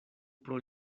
pro